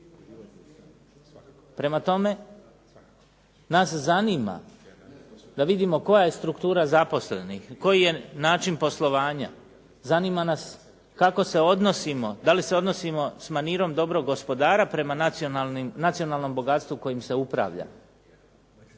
Prema tome, nas zanima da vidimo koja je struktura zaposlenih, koji je način poslovanja, zanima nas kako se odnosimo, da li se odnosimo s manirom dobrog gospodara prema nacionalnom bogatstvu kojim se upravlja.